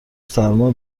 سرما